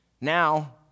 Now